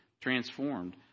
transformed